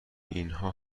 اینها